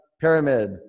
pyramid